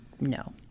No